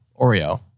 Oreo